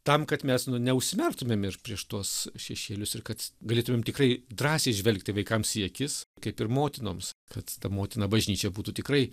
tam kad mes nu neužmerktumėm ir prieš tuos šešėlius ir kad galėtumėm tikrai drąsiai žvelgti vaikams į akis kaip ir motinoms kad ta motina bažnyčia būtų tikrai